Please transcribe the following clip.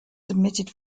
submitted